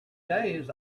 days